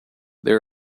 there